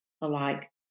alike